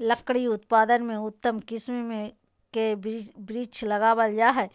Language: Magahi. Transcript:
लकड़ी उत्पादन में उत्तम किस्म के वृक्ष लगावल जा हई,